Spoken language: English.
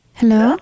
hello